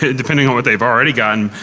depending on what they've already gotten.